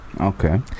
Okay